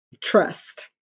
trust